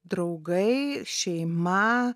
draugai šeima